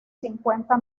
cincuenta